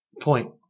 point